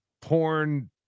porn